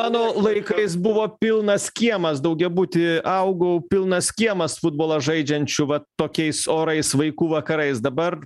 mano laikais buvo pilnas kiemas daugiabuty augau pilnas kiemas futbolą žaidžiančių vat tokiais orais vaikų vakarais dabar